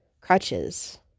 crutches